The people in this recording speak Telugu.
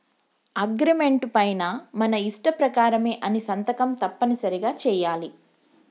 అగ్రిమెంటు పైన మన ఇష్ట ప్రకారమే అని సంతకం తప్పనిసరిగా చెయ్యాలి